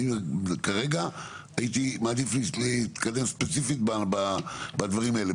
כרגע, הייתי מעדיף להתקדם ספציפית בדברים האלה.